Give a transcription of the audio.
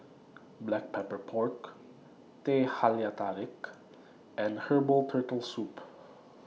Black Pepper Pork Teh Halia Tarik and Herbal Turtle Soup